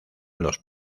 los